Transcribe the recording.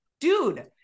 dude